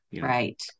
Right